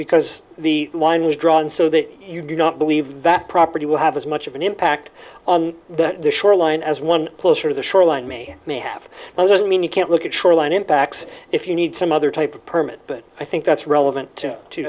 because the line is drawn so that you do not believe that property will have as much of an impact on that the shoreline as one closer to the shoreline may may have well doesn't mean you can't look at shoreline impacts if you need some other type of permit but i think that's relevant to